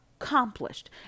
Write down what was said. accomplished